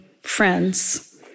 friends